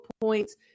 points